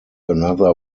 another